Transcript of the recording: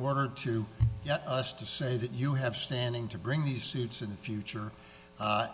were to us to say that you have standing to bring these suits in the future